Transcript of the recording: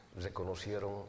reconocieron